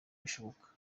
bishoboka